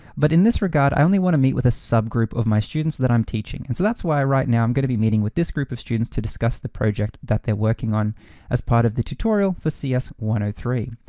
but in this regard, i only wanna meet with a subgroup of my students that i'm teaching. and so that's why right now, i'm gonna be meeting with this group of students to discuss the project that they're working on as part of the tutorial for c s one zero three.